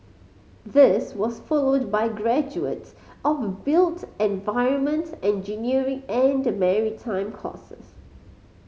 this was followed by graduates of built environment engineering and maritime courses